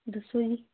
ਦੱਸੋ ਜੀ